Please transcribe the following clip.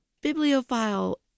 Bibliophile